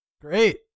Great